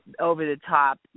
over-the-top